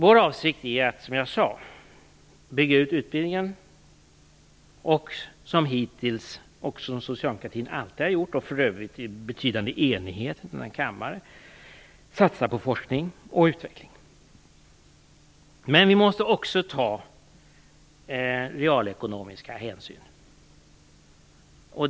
Som jag sade är vår avsikt att bygga ut utbildningen och att, som socialdemokratin hittills alltid i betydande enighet i denna kammare gjort, satsa på forskning och utveckling. Men vi måste också ta realekonomiska hänsyn.